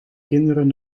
kinderen